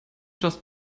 just